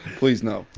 please, no.